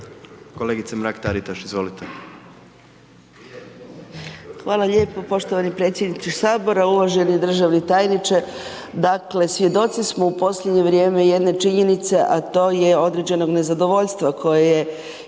kolegica Anka Mrak Taritaš, izvolite